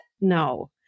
No